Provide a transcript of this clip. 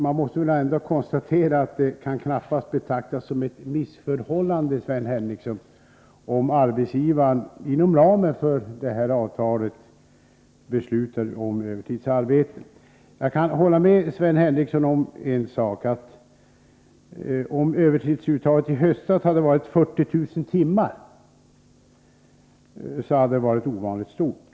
Man måste väl ändå konstatera att det knappast kan betraktas som ett missförhållande om arbetsgivaren inom ramen för detta avtal beslutar om övertidsarbete. Jag kan hålla med Sven Henricsson om en sak, nämligen att om övertidsuttaget i höstas hade varit 40 000 timmar, så hade det varit ovanligt stort.